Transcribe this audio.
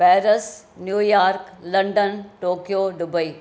Paris New York London Tokyo Dubai